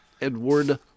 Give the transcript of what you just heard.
Edward